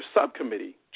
subcommittee